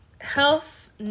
health